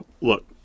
Look